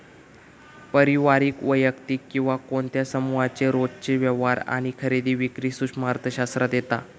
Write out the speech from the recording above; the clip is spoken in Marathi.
पारिवारिक, वैयक्तिक किंवा कोणत्या समुहाचे रोजचे व्यवहार आणि खरेदी विक्री सूक्ष्म अर्थशास्त्रात येता